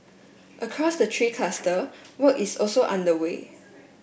across the three cluster work is also underway